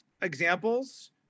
examples